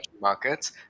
markets